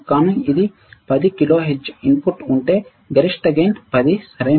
కానీ ఇది 10 kilo hertz input ఉంటే గరిష్ట లాభం 10 సరైనది